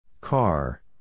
Car